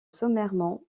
sommairement